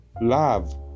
Love